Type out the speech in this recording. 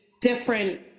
different